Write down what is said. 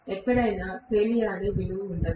ఎక్కడైనా తేలియాడే విలువ ఉండదు